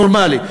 נורמלי,